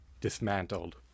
Dismantled